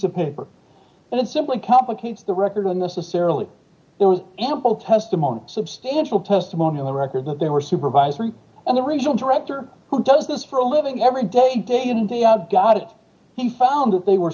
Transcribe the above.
of paper and it simply complicates the record and this is fairly there was ample testimony substantial testimony on the record that there were supervisory and the regional director who does this for a living every day day in day out got it he found that they were